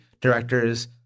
directors